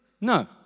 No